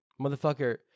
Motherfucker